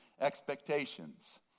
expectations